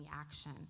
action